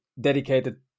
dedicated